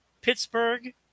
Pittsburgh